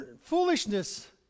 foolishness